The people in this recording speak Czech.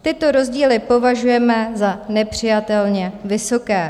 Tyto rozdíly považujeme za nepřijatelně vysoké.